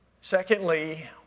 Secondly